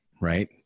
right